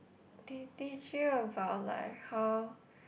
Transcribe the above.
they teach you about like how